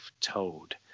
toad